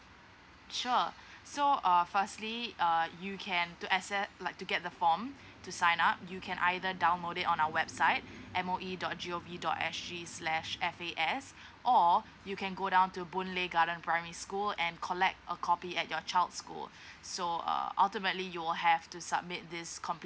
sure so uh firstly err you can to acce~ like to get the form to sign up you can either download it on our website M_O_E dot G O V dot S G slash F A S or you can go down to boon lay garden primary school and collect a copy at your child's school so uh ultimately you will have to submit this completed